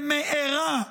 ומארה,